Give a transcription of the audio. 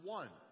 one